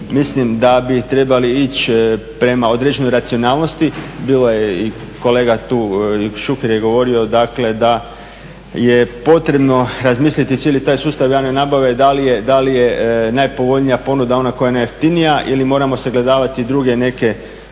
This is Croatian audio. mislim da bi trebali ići prema određenoj racionalnosti, bio je, i kolega tu Šuker je govorio dakle da je potrebno razmisliti cijeli taj sustav javne nabave da li je najpovoljnija ponuda ona koja je najjeftinija ili moramo sagledavati druge neke